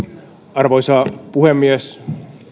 arvoisa puhemies